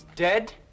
Dead